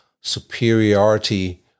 superiority